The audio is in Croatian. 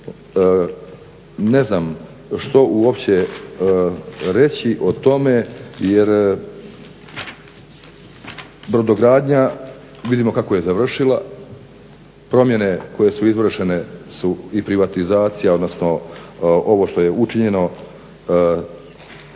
ne znam što uopće reći o tome jer brodogradnja vidimo kako je završila, promjene koje su izvršene su i privatizacija, odnosno ovo što je učinjeno